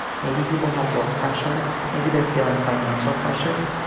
maybe people have work pressure. maybe they're feeling financial pressure.